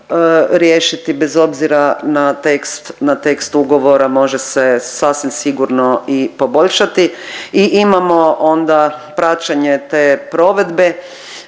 riješiti bez obzira na tekst ugovora, može se sasvim sigurno i poboljšati. I imamo onda praćenje te provedbe